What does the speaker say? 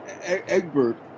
Egbert